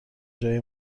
جای